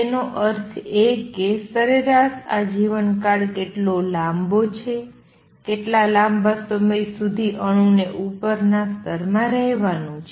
તેનો અર્થ એ કે સરેરાશ આ જીવનકાળ કેટલો લાંબો છે કેટલા લાંબા સમય સુધી અણુને ઉપરના સ્તરમાં રહેવાનું છે